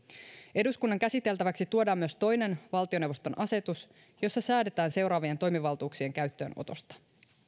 eduskunnan käsiteltäväksi tuodaan myös toinen valtioneuvoston asetus jossa säädetään seuraavien toimivaltuuksien käyttöönotosta